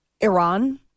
Iran